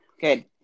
Good